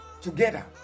together